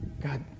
God